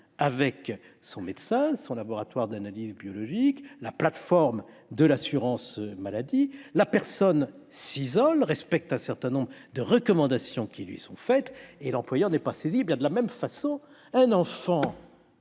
avec son médecin, son laboratoire d'analyses biologiques, la plateforme de l'assurance maladie, puis de s'isoler, de respecter un certain nombre de recommandations qui lui sont faites, mais l'employeur n'est pas saisi. De la même façon, un élève